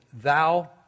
thou